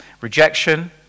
Rejection